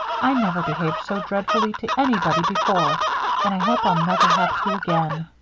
i never behaved so dreadfully to anybody before and i hope i'll never have to again.